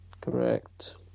Correct